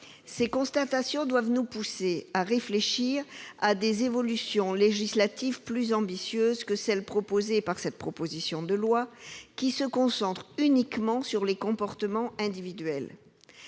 Ces constatations doivent nous inciter à réfléchir à des évolutions législatives plus ambitieuses que celles présentées au travers de cette proposition de loi, qui se concentre uniquement sur les comportements individuels.